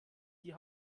die